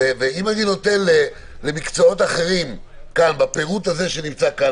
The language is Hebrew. אם אני נותן למקצועות אחרים בפירוט שנמצא כאן,